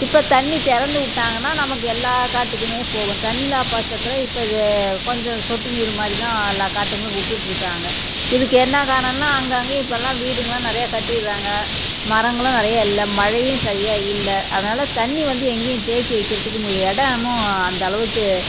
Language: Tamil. இப்போ தண்ணி திறந்து விட்டுட்டாங்கன்னா நமக்கு எல்லா கட்டுக்கும் போகும் தண்ணி இல்லாத பட்சதில் இப்போ இது கொஞ்சம் சொட்டு நீர் மாதிரி தான் எல்லாம் காட்டுங்களுக்கு விட்டுட்டு இருக்காங்க இதுக்கு என்னா காரணன்னா அங்கே அங்கேயும் இப்போ எல்லாம் வீடுகள்லாம் நிறையா கட்டிட்டுறாங்க மரங்களும் நிறையா இல்லை மழையும் சரியாக இல்லை அதனால தண்ணி வந்து எங்கேயும் தேக்கி வைக்கிறத்துக்கு இடமும் அந்த அளவுக்கு